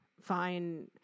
fine